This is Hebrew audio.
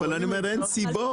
אבל אני אומר, אין סיבות.